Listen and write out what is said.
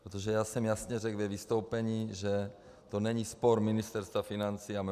Protože já jsem jasně řekl ve vystoupení, že to není spor Ministerstva financí a MMR.